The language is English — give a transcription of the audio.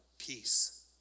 peace